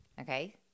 Okay